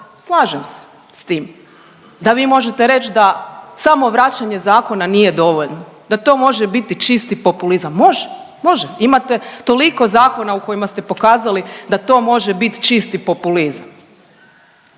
slažem se s tim da vi možete reći da samo vraćanje zakona nije dovoljno, da to može biti čisti populizam. Može, može, imate toliko zakona u kojima ste pokazali da to može biti čisti populizam,